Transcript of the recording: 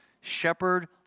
shepherd